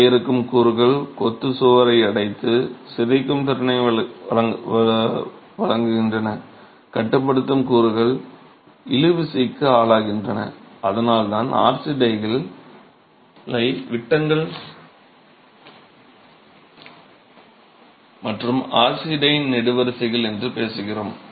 வரையறுக்கும் கூறுகள் கொத்து சுவரை அடைத்து சிதைக்கும் திறனை வழங்குகின்றன கட்டுப்படுத்தும் கூறுகள் இழுவிசைக்கு ஆளாகின்றன அதனால்தான் RC டைகளை விட்டங்கள் மற்றும் RC டை நெடுவரிசைகள் என்று பேசுகிறோம்